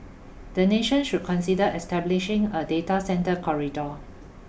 the nation should consider establishing a data centre corridor